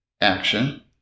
action